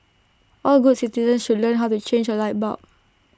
all good citizens should learn how to change A light bulb